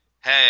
Hey